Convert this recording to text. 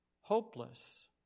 hopeless